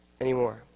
anymore